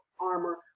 armor